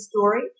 story